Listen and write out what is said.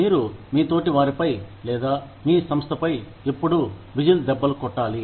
మీరు మీ తోటి వారిపై లేదా మీ సంస్థపై ఎప్పుడూ విజిల్ దెబ్బకొట్టాలి